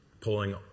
pulling